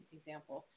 Example